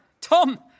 Tom